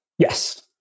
Yes